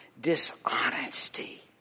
dishonesty